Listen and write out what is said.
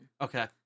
Okay